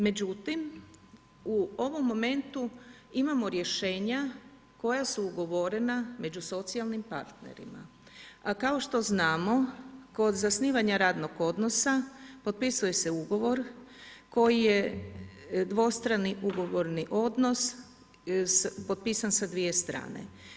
Međutim, u ovom momentu imamo rješenja koja su ugovorena među socijalnim partnerima, a kao što znamo kod zasnivanja radnog odnosa potpisuje se ugovor koji je dvostrani ugovorni odnos potpisan sa dvije strane.